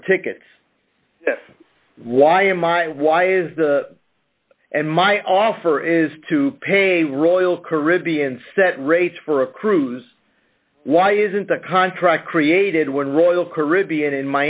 for tickets why am i and why is the and my offer is to pay a royal caribbean set rates for a cruise why isn't a contract created when royal caribbean in